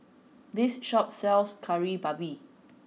this shop sells Kari Babi